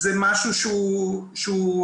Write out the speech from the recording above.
זה משהו שהוא מחויב.